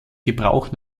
gebrauch